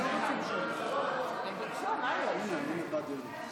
מי ביקש שמית?